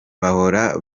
bahora